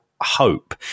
hope